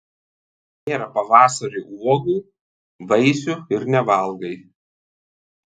nėra pavasarį uogų vaisių ir nevalgai